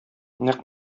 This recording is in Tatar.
нәкъ